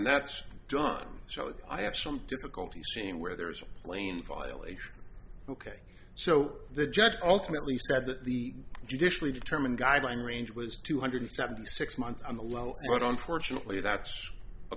that's done so i have some difficulty seeing where there is a plain violation so the judge ultimately said that the judicially determined guideline range was two hundred seventy six months on the low but unfortunately that's a